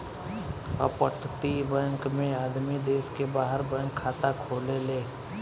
अपतटीय बैकिंग में आदमी देश के बाहर बैंक खाता खोलेले